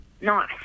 Nice